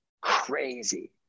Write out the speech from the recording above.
crazy